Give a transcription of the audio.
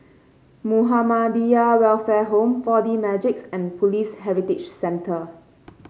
Muhammadiyah Welfare Home Four D Magix and Police Heritage Centre